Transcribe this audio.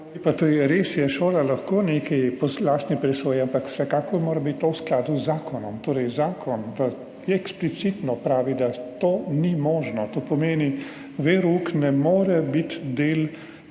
res, šola lahko nekaj [naredi] po lastni presoji, ampak vsekakor mora biti to v skladu z zakonom. Torej, zakon eksplicitno pravi, da to ni možno, to pomeni, da verouk ne more biti del